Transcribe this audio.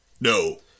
No